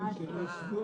ממש לא.